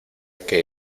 que